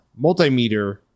multimeter